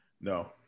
No